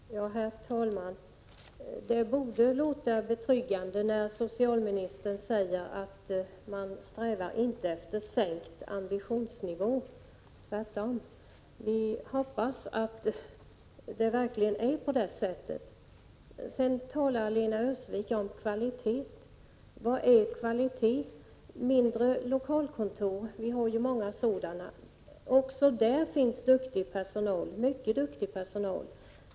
är ata nas organisation Herr talman! Det borde låta betryggande när socialministern säger att man 8 inte strävar efter att sänka ambitionsnivån, utan tvärtom. Vi hoppas att det verkligen är så. Lena Öhrsvik talar om kvaliteten. Vad är kvalitet? Är det mindre lokalkontor? Vi har ju många sådana. Men också där finns mycket duktig personal.